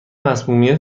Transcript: مصمومیت